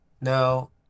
no